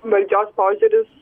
valdžios požiūris